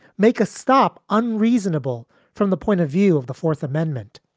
make a stop unreasonable from the point of view of the fourth amendment?